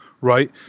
right